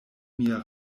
mia